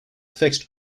fixed